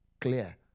Clear